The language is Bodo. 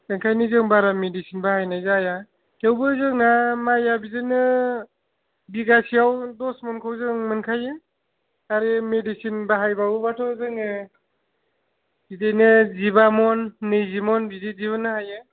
ओंखायनो जों बारा मिडिसिन बाहायनाय जाया थेवबो जोंना माइया बिदिनो बिघासेयाव दस मनखौ जों मोनखायो आरो मेडिसिन बाहायबावोबाथ' जोङो बिदिनो जिबा मन नैजि मन बिदि दिहुननो हायो